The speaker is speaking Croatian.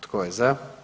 Tko je za?